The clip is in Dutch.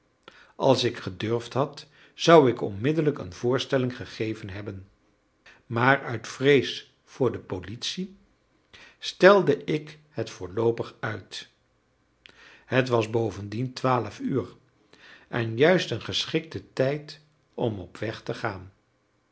als ik gedurfd had zou ik onmiddellijk een voorstelling gegeven hebben maar uit vrees voor de politie stelde ik het voorloopig uit het was bovendien twaalf uur en juist een geschikte tijd om opweg te gaan